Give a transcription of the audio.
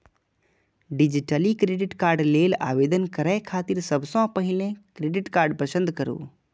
digitally credit card लेल आवेदन करै खातिर सबसं पहिने क्रेडिट कार्ड पसंद करू